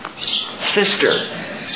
sister